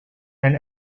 and